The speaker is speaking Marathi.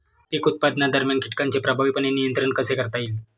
पीक उत्पादनादरम्यान कीटकांचे प्रभावीपणे नियंत्रण कसे करता येईल?